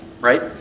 right